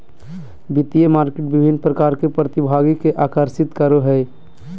वित्तीय मार्केट विभिन्न प्रकार के प्रतिभागि के आकर्षित करो हइ